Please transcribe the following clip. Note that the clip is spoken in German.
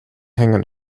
hängen